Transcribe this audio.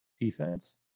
defense